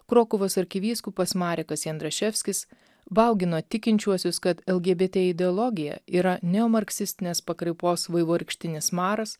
krokuvos arkivyskupas marekas jandraševskis baugino tikinčiuosius kad elgiebėtė ideologija yra neomarksistinės pakraipos vaivorykštinis maras